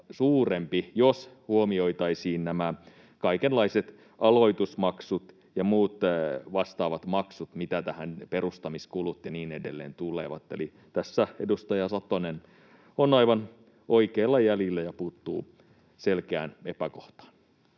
jos huomioitaisiin nämä kaikenlaiset aloitusmaksut, perustamiskulut ja niin edelleen ja muut vastaavat maksut, mitä tähän tulee. Eli tässä edustaja Satonen on aivan oikeilla jäljillä ja puuttuu selkeään epäkohtaan.